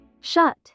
Shut